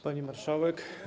Pani Marszałek!